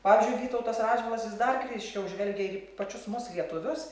pavyzdžiui vytautas radžvilas jis dar kritiškiau žvelgia į pačius mus lietuvius